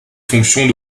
fonctions